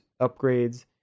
upgrades